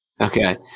Okay